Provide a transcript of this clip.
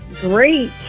great